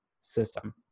system